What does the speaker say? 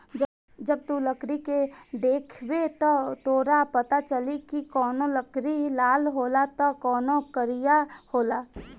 जब तू लकड़ी के देखबे त तोरा पाता चली की कवनो लकड़ी लाल होला त कवनो करिया होला